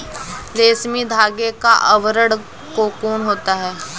रेशमी धागे का आवरण कोकून होता है